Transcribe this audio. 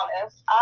honest